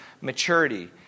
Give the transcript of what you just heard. maturity